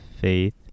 faith